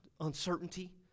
Uncertainty